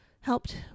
helped